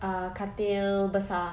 ah katil besar